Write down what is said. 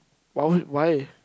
!wow! why